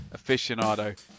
aficionado